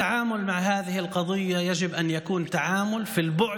ההתמודדות עם הסוגיה הזאת צריכה להיות התמודדות